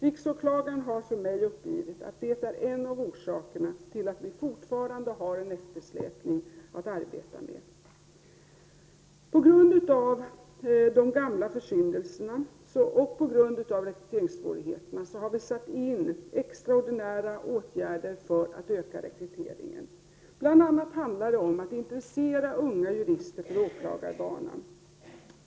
Riksåklagaren har till mig uppgivit att det är en av orsakerna till att vi fortfarande har en eftersläpning att arbeta med. På grund av de gamla försyndelserna och rekryteringssvårigheterna har vi satt in extraordinära åtgärder i syfte att öka rekryteringen. Bl.a. handlar det om att intressera unga jurister för åklagarbanan.